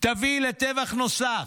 תביא לטבח נוסף,